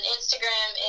Instagram